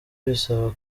bisaba